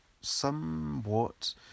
somewhat